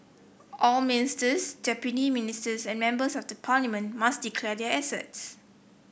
all ministers deputy ministers and members of the parliament must declare their assets